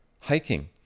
Hiking